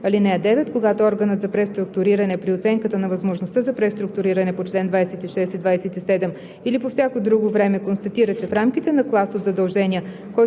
(9) Когато органът за преструктуриране при оценката на възможността за преструктуриране по чл. 26 и 27 или по всяко друго време констатира, че в рамките на клас от задължения, който